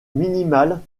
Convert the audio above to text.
minimale